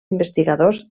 investigadors